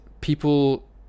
people